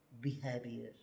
behavior